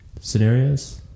scenarios